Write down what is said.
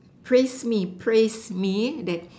praise me praise me that